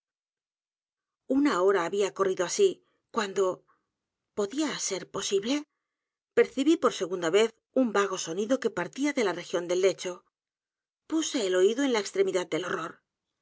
una hora había corrido así cuando podía ser posible percibí por segunda vez un vago sonido que partía de la región del lecho p u s e el oído en la extremidad del horror